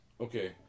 Okay